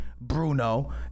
Bruno